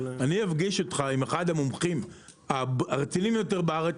אני אפגיש אותך עם אחד המומחים הרציניים ביותר בארץ,